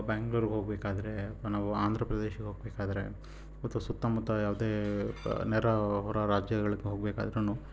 ಬ್ಯಾಂಗ್ಳೂರಿಗೆ ಹೋಗ್ಬೇಕಾದ್ರೆ ಅಥ್ವ ನಾವು ಆಂಧ್ರ ಪ್ರದೇಶಕ್ಕೆ ಹೋಗ್ಬೇಕಾದ್ರೆ ಮತ್ತು ಸುತ್ತ ಮುತ್ತ ಯಾವುದೇ ನೆರೆ ಹೊರ ರಾಜ್ಯಗಳ್ಗೆ ಹೋಗ್ಬೇಕಾದ್ರೂ